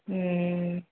हूँ